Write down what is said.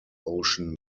ocean